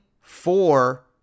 four